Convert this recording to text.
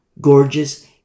gorgeous